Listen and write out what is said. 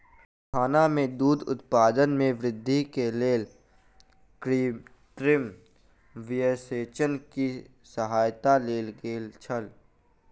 कारखाना में दूध उत्पादन में वृद्धिक लेल कृत्रिम वीर्यसेचन के सहायता लेल गेल अछि